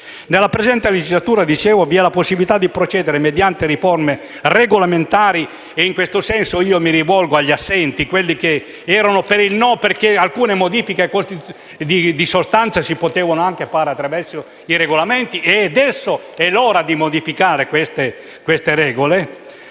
Nella presente legislatura vi è la possibilità di procedere mediante riforme regolamentari - in questo senso mi rivolgo agli assenti che erano per il no perché alcune modifiche di sostanza si potevano anche fare attraverso i Regolamenti e adesso è l'ora di modificare queste regole